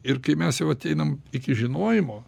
ir kai mes jau ateinam iki žinojimo